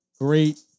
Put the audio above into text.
Great